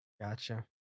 Gotcha